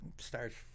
Starts